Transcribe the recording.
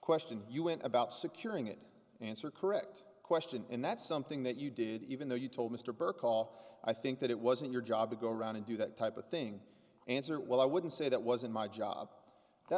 question you went about securing it answer correct question and that's something that you did even though you told mr burke aw i think that it wasn't your job to go around and do that type of thing answer well i wouldn't say that was in my job that